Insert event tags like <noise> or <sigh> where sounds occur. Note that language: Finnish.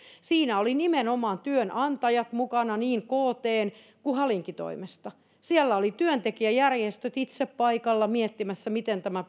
siinä olivat nimenomaan työnantajat mukana niin ktn kuin halinkin toimesta siellä olivat työntekijäjärjestöt itse paikalla miettimässä miten tämä <unintelligible>